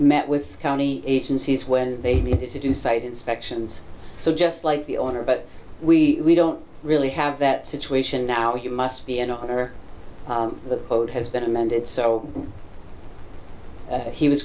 met with county agencies when they needed to do site inspections so just like the owner but we don't really have that situation now you must be an honor code has been amended so he was